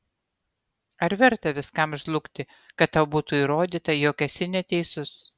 ar verta viskam žlugti kad tau būtų įrodyta jog esi neteisus